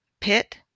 pit